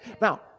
Now